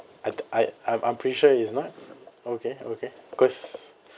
I I I'm I'm pretty sure it's not okay okay cause